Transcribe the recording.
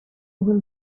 will